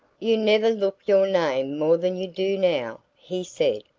you never looked your name more than you do now, he said,